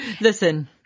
Listen